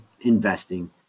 investing